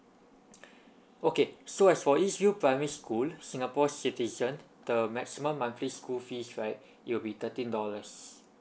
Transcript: okay so as for east view primary school singapore citizen the maximum monthly school fees right it'll be thirteen dollars